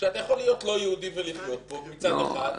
שאתה יכול להיות לא יהודי ולחיות פה מצד אחד,